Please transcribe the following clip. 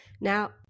Now